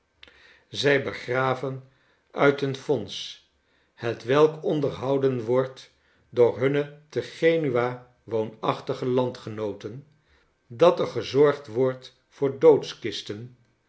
zij begraven uit een fonds hetwelk onderhouden wordt door hunne te genua woonachtige landgenooten dat er gezorgd wordt voor doodkisten